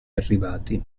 arrivati